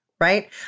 right